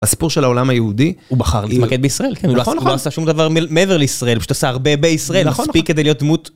הסיפור של העולם היהודי, הוא בחר להתמקד בישראל. כן, הוא לא עשה שום דבר מעבר לישראל, פשוט עשה הרבה בישראל. נכון, נכון.